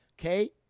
Okay